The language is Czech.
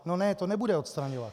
No ne, to nebude odstraňovat.